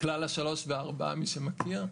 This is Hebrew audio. כלל השלוש וארבע מי שמכיר.